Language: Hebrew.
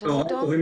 בר.